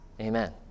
Amen